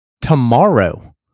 tomorrow